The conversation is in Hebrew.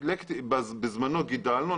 בזמנו גידלנו.